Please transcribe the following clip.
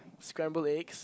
scramble eggs